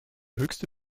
höchste